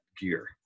gear